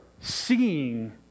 seeing